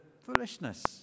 foolishness